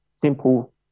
simple